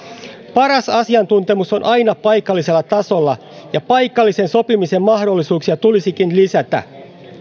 paras asiantuntemus on aina paikallisella tasolla ja paikallisen sopimisen mahdollisuuksia tulisikin lisätä